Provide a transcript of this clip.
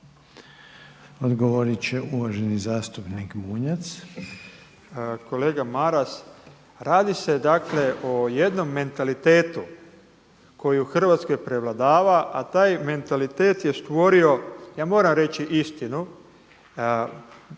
Branimir (Živi zid)** Kolega Maras, radi se o jednom mentalitetu koji u Hrvatskoj prevladava, a taj mentalitet je stvorio ja moram reći istinu,